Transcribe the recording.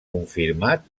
confirmat